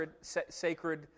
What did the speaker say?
sacred